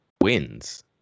wins